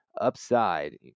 Upside